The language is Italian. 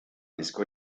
disco